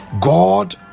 God